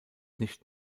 nicht